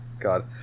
god